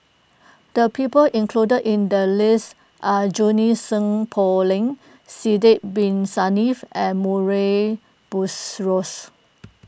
the people included in the list are Junie Sng Poh Leng Sidek Bin Saniff and Murray Buttrose